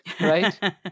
right